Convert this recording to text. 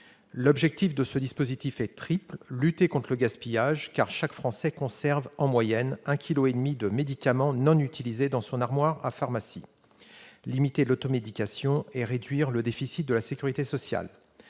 L'objectif de ce dispositif est triple : lutter contre le gaspillage, car « chaque Français conserve en moyenne 1,5 kilogramme de médicaments non utilisés dans son armoire à pharmacie », limiter l'automédication et réduire le déficit de la sécurité sociale.